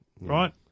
right